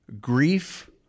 grief